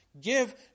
Give